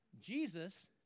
Jesus